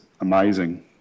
amazing